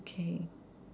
okay